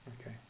Okay